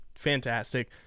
Fantastic